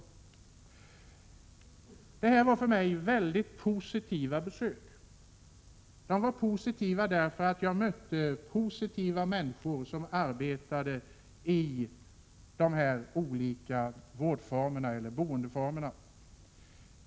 Det var för mig positiva besök, därför att jag mötte positiva människor som arbetade i dessa olika vårdoch boendeformer.